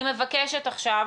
אני מבקשת עכשיו,